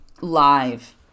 live